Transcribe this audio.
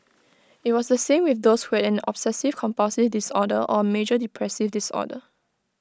IT was the same with those who had an obsessive compulsive disorder or A major depressive disorder